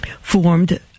formed